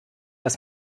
dass